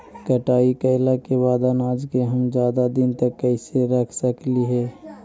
कटाई कैला के बाद अनाज के हम ज्यादा दिन तक कैसे रख सकली हे?